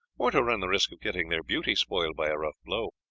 or to run the risk of getting their beauty spoiled by a rough blow.